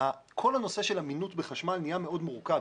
כל הנושא של אמינות בחשמל הוא מאוד מורכב.